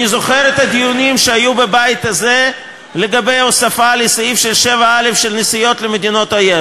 אני זוכר את הדיונים שהיו בבית הזה לגבי הוספת נסיעות למדינות אויב